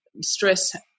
stress